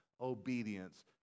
obedience